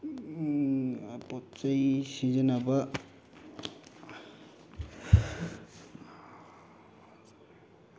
ꯄꯣꯠ ꯆꯩ ꯁꯤꯖꯤꯟꯅꯕ